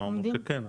אמרנו שכן,